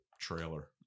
trailer